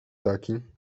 taki